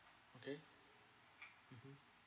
okay mmhmm